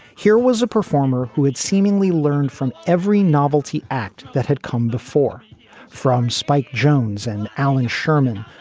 here was a performer who had seemingly learned from every novelty act that had come before from spike jones and allan sherman,